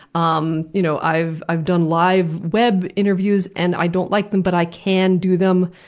um you know i've i've done live web interviews, and i don't like them but i can do them.